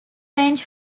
range